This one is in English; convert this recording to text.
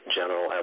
general